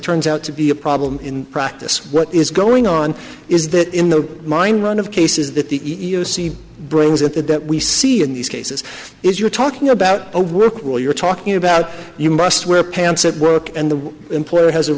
turns out to be a problem in practice what is going on is that in the mine one of cases that the e e o c brings at the debt we see in these cases is you're talking about a work well you're talking about you must wear pants at work and the employer has a